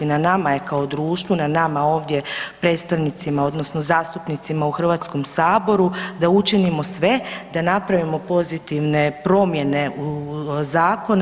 Na nama je kao društvu, na nama ovdje predstavnicima odnosno zastupnicima u Hrvatskom saboru da učinimo sve da napravimo pozitivne promjene zakona.